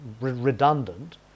redundant